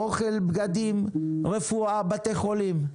אוכל, בגדים, רפואה, בתי חולים.